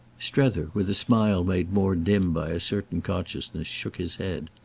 strether, with a smile made more dim by a certain consciousness, shook his head.